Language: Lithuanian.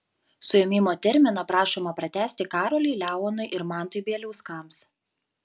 suėmimo terminą prašoma pratęsti karoliui leonui ir mantui bieliauskams